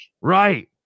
right